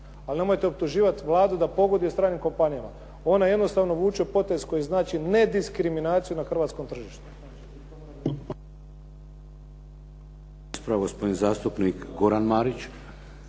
ali nemojte optuživati Vladu da pogoduje stranim kompanijama. Ona jednostavno vuče potez koji znači nediskriminaciju na hrvatskom tržištu.